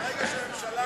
ברגע שממשלה,